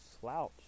slouch